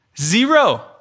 zero